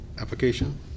application